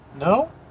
No